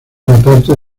aparte